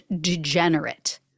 degenerate